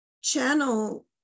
channel